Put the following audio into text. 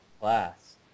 class